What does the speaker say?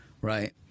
right